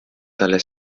talle